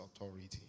authority